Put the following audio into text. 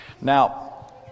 Now